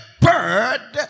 bird